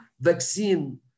vaccine